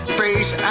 face